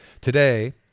Today